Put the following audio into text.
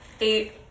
eight